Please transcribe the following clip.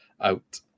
out